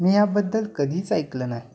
मी याबद्दल कधीच ऐकलं नाही